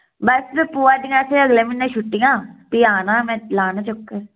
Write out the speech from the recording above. बस पोआ दियां इत्थै अगले म्हीने छुट्टियां फ्ही आना में लाना चक्कर